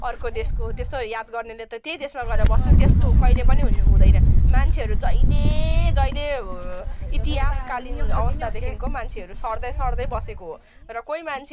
अर्को देशको त्यस्तो याद गर्नेले त त्यही देशमा गएर बस्नु नि त्यस्तो कहिँले पनि हुँदैन मान्छेहरू जहिले जहिले इतिहासकालीन अवस्थादेखिन्को मान्छेहरू सर्दै सर्दै बसेको हो र कोही मान्छे